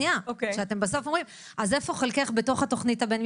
איפה חלקך בתוכה?